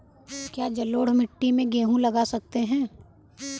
क्या जलोढ़ मिट्टी में गेहूँ लगा सकते हैं?